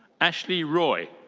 ashley roy.